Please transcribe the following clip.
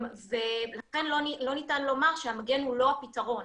ולכן לא ניתן לומר שהמגן הוא לא הפתרון.